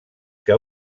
que